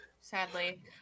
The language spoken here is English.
sadly